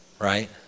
right